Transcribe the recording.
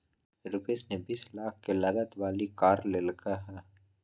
रूपश ने बीस लाख के लागत वाली कार लेल कय है